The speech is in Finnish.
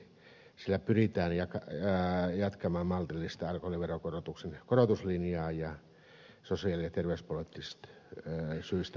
kiviranta totesi sillä pyritään jatkamaan maltillisten alkoholiverokorotusten linjaa sosiaali ja terveyspoliittisista syistä nimenomaan